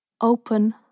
open